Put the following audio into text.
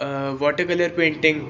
water colour painting